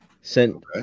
sent